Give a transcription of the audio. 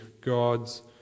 God's